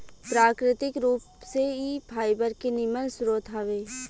प्राकृतिक रूप से इ फाइबर के निमन स्रोत हवे